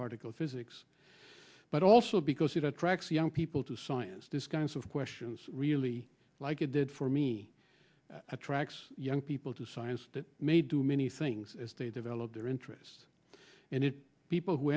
particle physics but also because it tracks young people to science this kinds of questions really like it did for me attracts young people to science that may do many things as they develop their interests and if people w